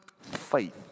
faith